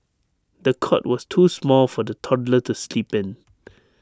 the cot was too small for the toddler to sleep in